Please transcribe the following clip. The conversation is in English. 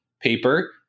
paper